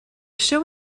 show